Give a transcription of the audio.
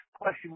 question